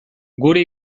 gure